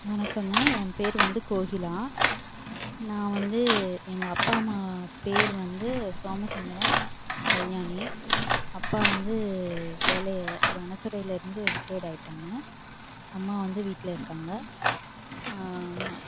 வணக்கம்ங்க என் பெயரு வந்து கோகிலா நான் வந்து எங்கள் அப்பா அம்மா பெயரு வந்து சோமசுந்தரம் கல்யாணி அப்பா வந்து வேலையை வனத்துறையில் இருந்து ரிட்டேயர்ட் ஆகிட்டாங்க அம்மா வந்து வீட்டில் இருக்காங்கள்